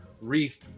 reef